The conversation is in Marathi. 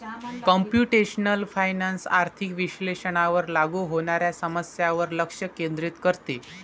कम्प्युटेशनल फायनान्स आर्थिक विश्लेषणावर लागू होणाऱ्या समस्यांवर लक्ष केंद्रित करते